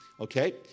Okay